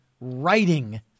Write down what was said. writing